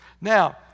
Now